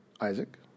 Isaac